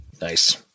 Nice